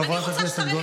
חברת הכנסת גוטליב.